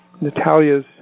Natalia's